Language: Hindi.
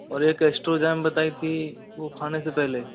और एक एस्ट्रोजेम बताई थी वो खाने से पहले